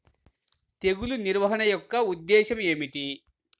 తెగులు నిర్వహణ యొక్క ఉద్దేశం ఏమిటి?